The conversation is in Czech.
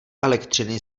elektřiny